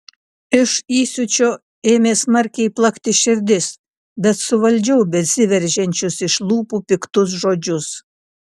iš įsiūčio ėmė smarkiai plakti širdis bet suvaldžiau besiveržiančius iš lūpų piktus žodžius